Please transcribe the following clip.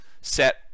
set